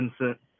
Vincent